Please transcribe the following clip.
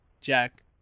Jack